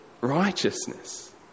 Righteousness